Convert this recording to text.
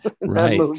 Right